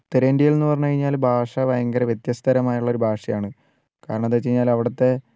ഉത്തരേന്ത്യയിൽ എന്ന് പറഞ്ഞു കഴിഞ്ഞാൽ ഭാഷ ഭയങ്കര വ്യത്യസ്ത തരമായുള്ളൊരു ഭാഷയാണ് കാരണം എന്താണെന്ന് വച്ചു കഴിഞ്ഞാൽ അവിടുത്തെ